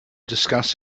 discuss